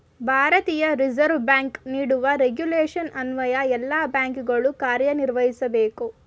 ಭಾರತೀಯ reserve bank ನೀಡುವ regulation ಅನ್ವಯ ಎಲ್ಲ ಬ್ಯಾಂಕುಗಳು ಕಾರ್ಯನಿರ್ವಹಿಸಬೇಕು